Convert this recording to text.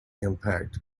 impact